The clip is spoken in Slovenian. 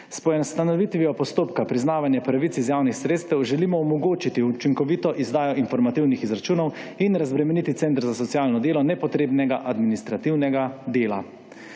S poenostavitvijo postopka priznavanja pravic iz javnih sredstev želimo omogočiti učinkovito izdajo informativnih izračunov in razbremeniti center za socialno delo nepotrebnega administrativnega dela.